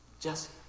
Jesse